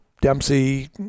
Dempsey